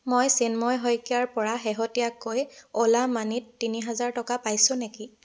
মই চিন্ময় শইকীয়াৰপৰা শেহতীয়াকৈ অ'লা মানিত তিনি হাজাৰ টকা পাইছোঁ নেকি